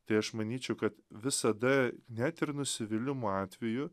tai aš manyčiau kad visada net ir nusivylimo atveju